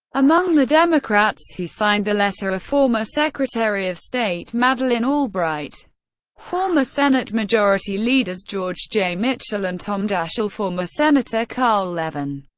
among the democrats who signed the letter are ah former secretary of state madeleine albright former senate majority leaders george j. mitchell and tom daschle, former senator carl levin,